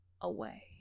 away